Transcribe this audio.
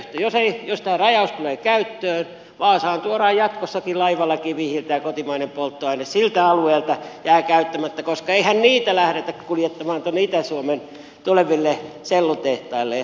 jos tämä rajaus tulee käyttöön vaasaan tuodaan jatkossakin laivalla kivihiiltä ja kotimainen polttoaine siltä alueelta jää käyttämättä koska eihän niitä lähdetä kuljettamaan tuonne itä suomen tuleville sellutehtaille